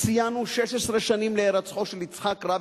ציינו 16 שנים להירצחו של יצחק רבין,